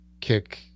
kick